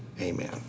amen